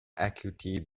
acuity